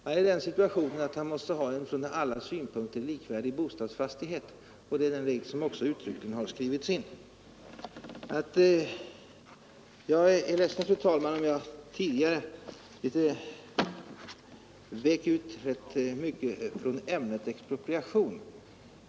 Han är i den situationen att han måste ha en ur alla synpunkter likvärdig bostadsfastighet, och den regeln har också uttryckligen skrivits in. Jag är ledsen, fru talman, om jag tidigare vek ut rätt mycket från ämnet expropriation.